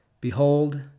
behold